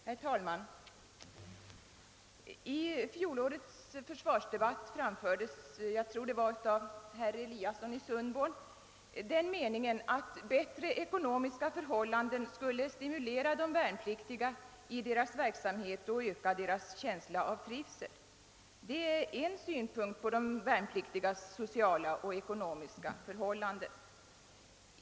Herr talman! I fjolårets försvarsdebatt framfördes — jag tror det var av herr Eliasson i Sundborn — den meningen att bättre ekonomiska förhållanden skulle stimlera de värnpliktiga i deras verksamhet och öka deras känsla av trivsel. Det är en synpunkt på de värnpliktigas sociala och ekonomiska förhållanden.